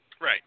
right